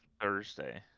Thursday